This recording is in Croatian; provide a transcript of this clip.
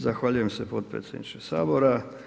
Zahvaljujem se potpredsjedniče Sabora.